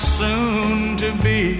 soon-to-be